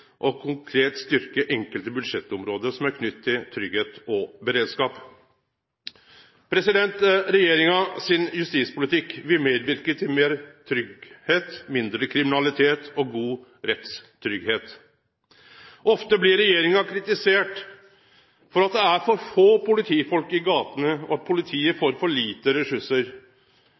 viktig konkret å styrkje enkelte budsjettområde som er knytte til tryggleik og beredskap. Regjeringa sin justispolitikk vil medverke til meir tryggleik, mindre kriminalitet og god rettstryggleik. Ofte blir regjeringa kritisert for at det er for få politifolk i gatene, og at politiet får for lite